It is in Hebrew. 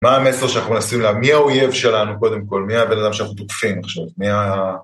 מה המסר שאנחנו מנסים, מי האויב שלנו קודם כל, מי הבן אדם שאנחנו תוקפים עכשיו, מי ה...